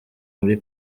muri